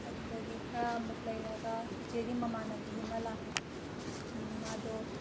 ꯑꯗꯨꯗꯒꯤ ꯈꯔꯥ ꯑꯃꯨꯛ ꯂꯩꯔꯒ ꯆꯤꯆꯦꯒꯤ ꯃꯃꯥꯟꯅꯕꯤ ꯑꯃ ꯂꯥꯛꯑꯦ ꯃꯗꯣ